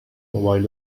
موبایل